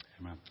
Amen